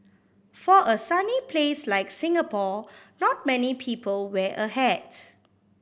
for a sunny place like Singapore not many people wear a hat